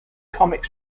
comic